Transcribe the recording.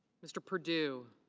mr. perdue.